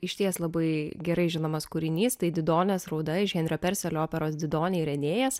išties labai gerai žinomas kūrinys tai didonės rauda iš henrio perselio operos didonė ir enėjas